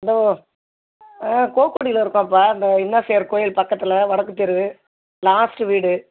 இதோ ஆ கோக்குடியில் இருக்கோம்ப்பா இந்த இன்னாசேர் கோயில் பக்கத்தில் வடக்குத் தெரு லாஸ்ட்டு வீடு